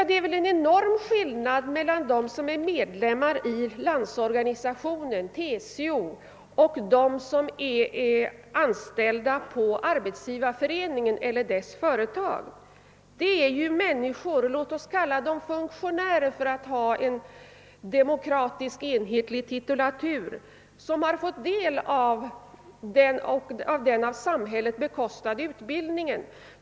Det är en enorm skillnad mellan dem som är medlemmar i Landsorganisationen eller TCO och dem som är anställda på Arbetsgivareföreningen eller dess företag. De senare är ju människor — låt oss kalla dem funktionärer för att ta en demokratisk, enhetlig titulatur — som fått del av den av samhället bekostade utbildningen.